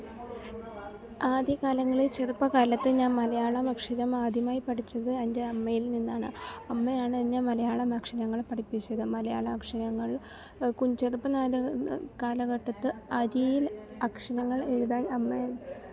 ആദ്യകാലങ്ങളിൽ ചെറുപ്പകാലത്ത് ഞാൻ മലയാള അക്ഷരം ആദ്യമായി പഠിച്ചത് എൻ്റെ അമ്മയിൽ നിന്നാണ് അമ്മയാണ് എന്നെ മലയാള അക്ഷരങ്ങൾ പഠിപ്പിച്ചത് മലയാള അക്ഷരങ്ങൾ ചെറുപ്പം കാലഘട്ടത്ത് അരിയിൽ അക്ഷരങ്ങൾ എഴുതാൻ അമ്മ